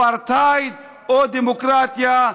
אפרטהייד או דמוקרטיה,